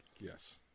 Yes